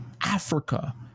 Africa